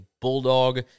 bulldog